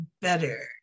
better